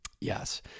yes